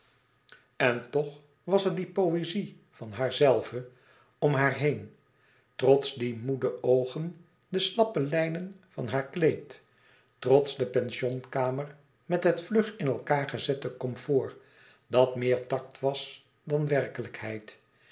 en toch was er die poëzie van haarzelve om haar heen trots die moede oogen de slappe lijnen van haar kleed trots de pensionkamer met het vlug in elkaâr gezette comfort dat meer tact was dan werkelijkheid